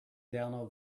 download